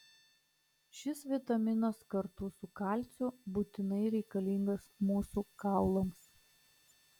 šis vitaminas kartu su kalciu būtinai reikalingas mūsų kaulams